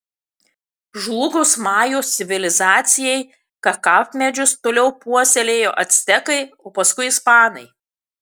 žlugus majų civilizacijai kakavmedžius toliau puoselėjo actekai o paskui ispanai